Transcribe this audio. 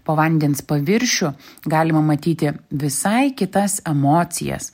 po vandens paviršiu galima matyti visai kitas emocijas